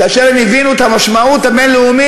כאשר הם הבינו את המשמעות הבין-לאומית